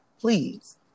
please